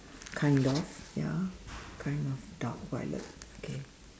kind of ya kind of dark violet okay